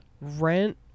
rent